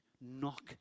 knock